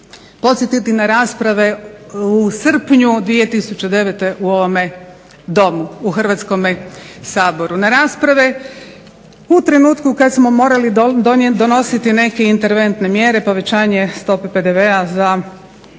podsjetiti na rasprave u srpnju 2009. u ovome Domu, u Hrvatskom saboru, na rasprave u trenutku kad smo morali donositi neke interventne mjere, povećanje stope PDV-a za